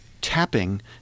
tapping